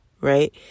right